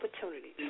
opportunities